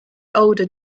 older